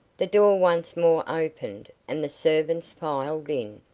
the door once more opened, and the servants filed in,